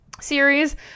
series